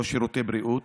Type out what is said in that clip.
לא שירותי בריאות,